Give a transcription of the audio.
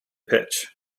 pitch